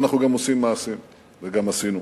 ואנחנו גם עושים מעשים וגם עשינו.